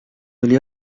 oli